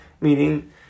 meaning